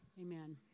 Amen